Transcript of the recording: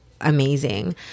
amazing